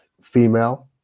female